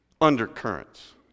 undercurrents